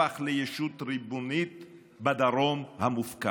והפך לישות ריבונית בדרום המופקר.